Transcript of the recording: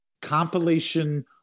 compilation